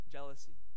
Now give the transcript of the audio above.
Jealousy